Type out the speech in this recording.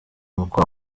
umukobwa